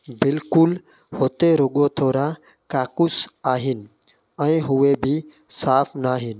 बिल्कुलु हुते रुॻो थोरा काकूसि आहिनि ऐं उहे बि साफ़ु न आहिनि